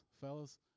Fellas